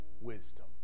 wisdom